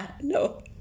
No